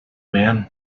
man